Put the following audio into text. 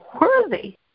worthy